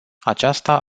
aceasta